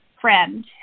friend